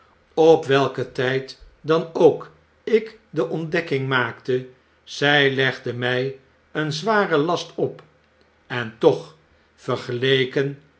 op welken tyd dan ook ik de ontdekking maakte zy legde mij een zwaren last op entoch vergeleken